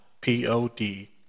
P-O-D